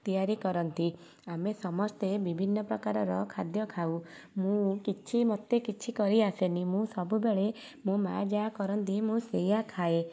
ତିଆରି କରନ୍ତି ଆମେ ସମସ୍ତେ ବିଭିନ୍ନ ପ୍ରକାରର ଖାଦ୍ୟ ଖାଉ ମୁଁ କିଛି ମୋତେ କିଛି କରି ଆସେନି ମୁଁ ସବୁବେଳେ ମୋ ମାଆ ଯାହା କରନ୍ତି ମୁଁ ସେଇଆ ଖାଏ